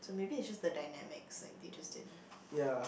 so maybe it's just the dynamics like they just did